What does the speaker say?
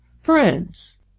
Friends